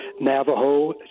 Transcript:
Navajo